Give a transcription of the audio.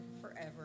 forever